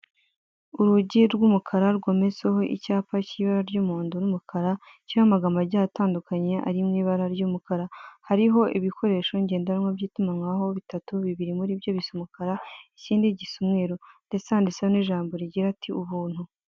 Urugi rw'umukara rwometseho icyapa cy'ibara ry'umuhondo n'umukara kiriho amagambo agiye atandukanye ari mu ibara ry'umukara, hariho ibikoresho ngendanwa by'itumanaho bitatu bibiri muri byo bise umukara ikindi gisumero ndetse handitseho n'ijambo rigira ati ''Ubuntu.''